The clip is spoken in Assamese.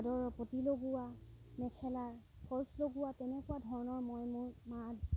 চাদৰৰ পতি লগোৱা মেখেলাৰ ফলচে লগোৱা তেনেকুৱা ধৰণৰ মই মোৰ